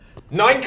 Nine